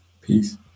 peace